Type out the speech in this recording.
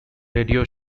radio